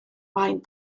maen